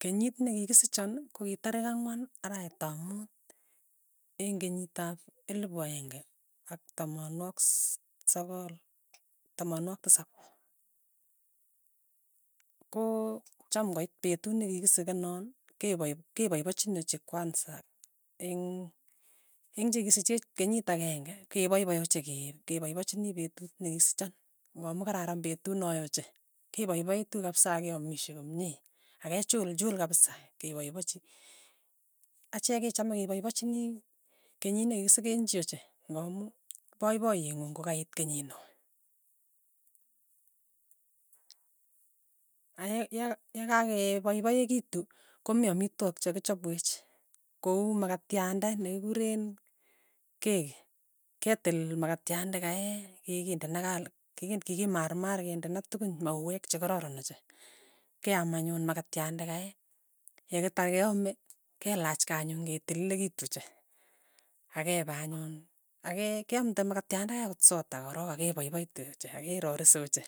Kenyit nekikisichon ko ki tarik ang'wan arawet ap muut eng' kenyit ap elipu aeng'e ak tamanwagik sogol tamanwagik tisap, ko cham ng'oit petut nekikisikenan keipa kepaipachini ochei kwansa eng' eng' chekikisichech kenyit akeng'e kepaipai ochei ke kepaipachini petut nekikisichon, ng'amu kararan petut noe ochei, kepapaitu kapisa akeamishe komie, akechulchul kapisa kepaipachi, achek kechame kepaipachini kenyi nekikisiken chii ochei, ng'amu poipoyeng'ung kokaiit kenyinoee, aye yaka yakakepaipaekitu komi amitwokik che kakichapwech, ko uu makatyande ne kikuren keki, ketil makatyande kei keki nda nakaal kin kikimarmar kendeno tukun mauek chekororon ochei, keam anyun makatyande kei, yekitar keame kelach kei anyun ketililikitu ochei, akepe anyun ake keamte mukatyanda kei akot sota korok akepaipaitu ochei, akerorise ochei,